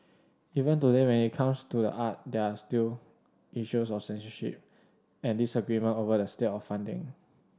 even today may it comes to the art there are still issues of censorship and disagreement over the state of funding